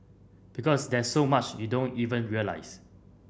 because there's so much you don't even realise